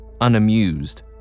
unamused